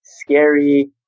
scary